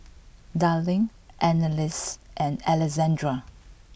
Darline Anneliese and Alexandra